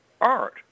art